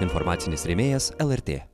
informacinis rėmėjas lrt